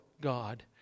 God